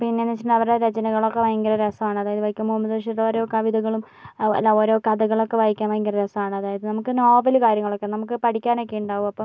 പിന്നേന്ന് വച്ചിട്ടുണ്ടെങ്കിൽ അവരുടെ രചനകളൊക്കെ ഭയങ്കര രസമാണ് അതായത് വൈക്കം മുഹമ്മദ് ബഷീറിൻ്റെ ഓരോ കവിതകളും അതുപോലെ ഓരോ കഥകളൊക്കെ വായിക്കാൻ ഭയങ്കര രസാണ് അതായത് നമക്ക് നോവല് കാര്യങ്ങളൊക്കെ നമ്മക്ക് പഠിക്കാനൊക്കെ ഇണ്ടാവും അപ്പം